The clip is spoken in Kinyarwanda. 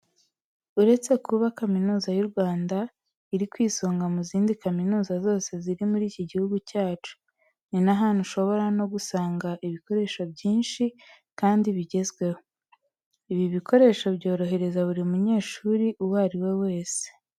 Uretse kuba Kaminuza y'u Rwanda, iri ku isonga mu zindi kaminuza zose ziri muri iki gihugu cyacu, ni n'ahantu ushobora no gusanga ibikoresho byinshi kandi bigezweho. Ibi bikoresho byorohereza buri munyeshuri uwo ari we wese.